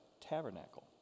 tabernacle